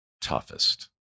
toughest